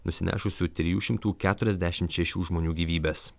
nusinešusių trijų šimtų keturiasdešim šešių žmonių gyvybes